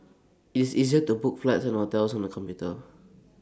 it's easy to book flights and hotels on the computer